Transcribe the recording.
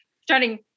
starting